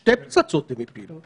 שתי פצצות הם הטילו.